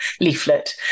leaflet